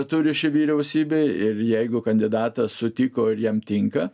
turi ši vyriausybė ir jeigu kandidatas sutiko ir jam tinka